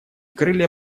крылья